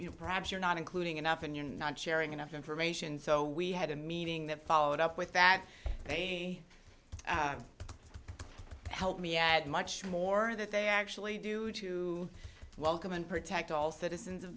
you know perhaps you're not including enough and you're not sharing enough information so we had a meeting that followed up with that may help me add much more that they actually do to welcome and protect all citizens of